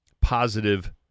Positive